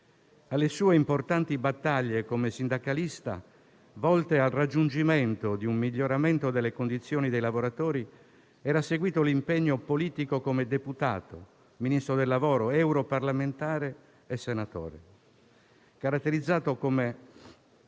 Alle sue importanti battaglie come sindacalista, volte al raggiungimento di un miglioramento delle condizioni dei lavoratori, era seguito l'impegno politico come deputato, Ministro del lavoro, europarlamentare e senatore. Marini aveva